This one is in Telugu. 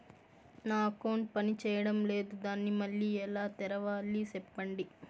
నా అకౌంట్ పనిచేయడం లేదు, దాన్ని మళ్ళీ ఎలా తెరవాలి? సెప్పండి